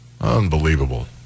Unbelievable